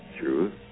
truth